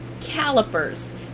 calipers